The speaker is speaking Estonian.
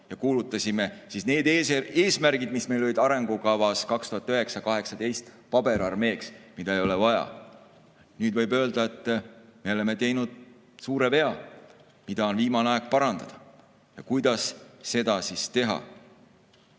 ja kuulutasime need eesmärgid, mis meil olid arengukavas 2009–2018, paberarmeeks, mida ei ole vaja. Nüüd võib öelda, et oleme teinud suure vea, mida on viimane aeg parandada. Kuidas seda teha?